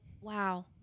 wow